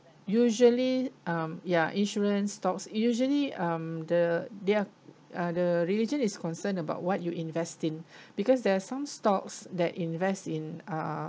usually um ya insurance stocks usually um the there uh the religion is concerned about what you investing because there are some stocks that invest in uh